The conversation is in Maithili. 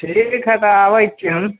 ठीक छै तऽ आबै छियनि